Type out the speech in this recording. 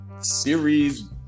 series